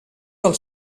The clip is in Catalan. del